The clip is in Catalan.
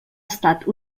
estat